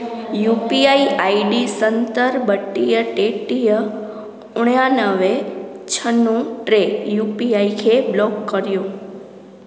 U P I I D सतरि ॿटीह टेटीह उणियानवे छह नव टे यू पी आइ खे ब्लॉक करियो